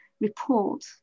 report